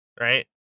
Right